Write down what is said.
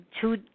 two